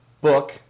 book